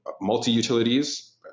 multi-utilities